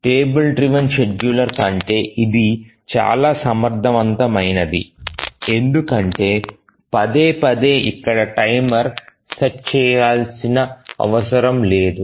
table driven scheduler కంటే ఇది చాలా సమర్థవంతమైనది ఎందుకంటే పదే పదే ఇక్కడ టైమర్ సెట్ చేయాల్సిన అవసరం లేదు